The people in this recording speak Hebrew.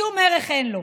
שום ערך אין לו,